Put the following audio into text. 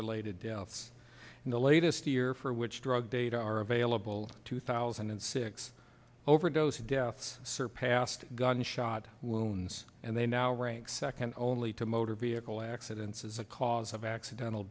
related deaths in the latest year for which drug data are available two thousand and six overdose deaths surpassed gunshot wounds and they now rank second only to motor vehicle accidents as a cause of accidental